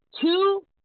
two